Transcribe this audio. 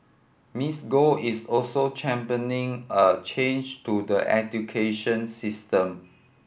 Miss Go is also championing a change to the education system